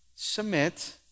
Submit